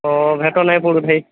ଓ ଭେଟ ନାଇ ପଡୁ ଭାଇ